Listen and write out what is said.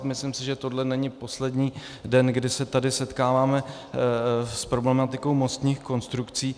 Myslím si, že tohle není poslední den, kdy se tady setkáváme s problematikou mostních konstrukcí.